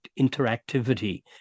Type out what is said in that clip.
interactivity